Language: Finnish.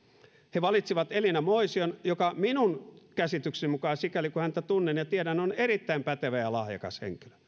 he valitsivat elina moision joka minun käsitykseni mukaan sikäli kuin häntä tunnen ja tiedän on erittäin pätevä ja lahjakas henkilö